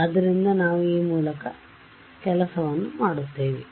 ಆದ್ದರಿಂದ ನಾವು ಈ ಮೂಲಕ ಕೆಲಸ ಮಾಡುತ್ತೇವೆ